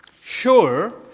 Sure